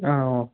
ആ ഓ